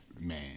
man